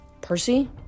Percy